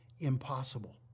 impossible